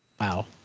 Wow